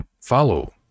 follow